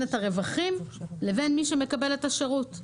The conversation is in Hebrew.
את הרווחים לבין מי שמקבל את השירות.